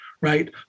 right